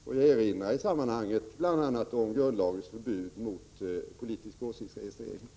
Jag erinrar i sammanhanget om grundlagens förbud mot politisk åsiktsregistrering.